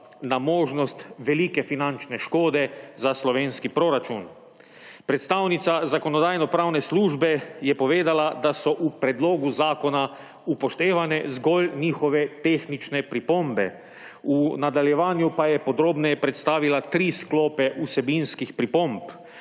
na možnost velike finančne škode za slovenski proračun. Predstavnica Zakonodajno-pravne službe je povedala, da so v predlogu zakona upoštevane zgolj njihove tehnične pripombe. V nadaljevanju pa je podrobneje predstavila tri sklope vsebinskih pripomb.